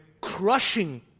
crushing